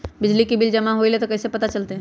बिजली के बिल जमा होईल ई कैसे पता चलतै?